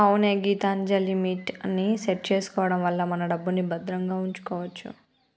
అవునే గీతాంజలిమిట్ ని సెట్ చేసుకోవడం వల్ల మన డబ్బుని భద్రంగా ఉంచుకోవచ్చు